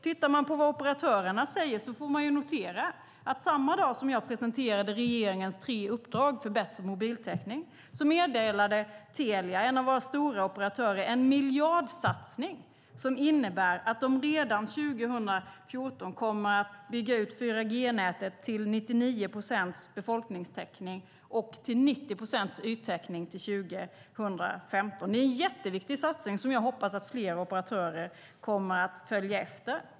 Tittar man på vad operatörerna säger får man notera att Telia, en av våra stora operatörer, samma dag som jag presenterade regeringens tre uppdrag för bättre mobiltäckning meddelade en miljardsatsning som innebär att de redan 2014 kommer att bygga ut 4G-nätet till 99 procents befolkningstäckning och 90 procents yttäckning till 2015. Det är en jätteviktig satsning som jag hoppas att fler operatörer kommer att följa efter.